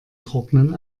trocknen